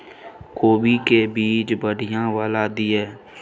कोबी के बीज बढ़ीया वाला दिय?